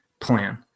plan